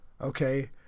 okay